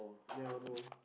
ya one more